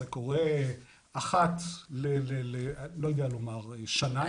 לא יודע לומר, זה קורה אחת לשנה נגיד.